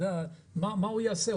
מה הוא יעשה?